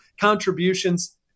contributions